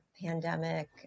pandemic